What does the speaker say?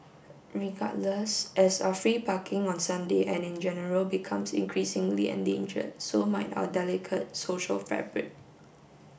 regardless as a free parking on Sunday and in general becomes increasingly endangered so might our delicate social fabric